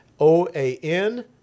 OAN